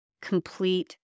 complete